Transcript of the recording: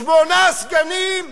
שמונה סגנים?